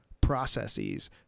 processes